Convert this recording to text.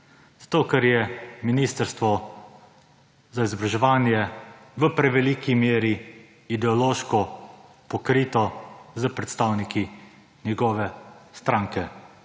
Zato, ker je Ministrstvo za izobraževanje v preveliki meri ideološko pokrito s predstavniki njegove stranke.